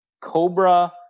cobra